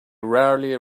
rarely